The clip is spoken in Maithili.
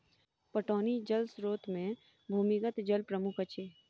पटौनी जल स्रोत मे भूमिगत जल प्रमुख अछि